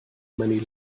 many